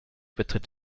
betritt